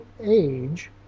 age